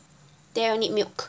then you need milk